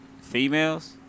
females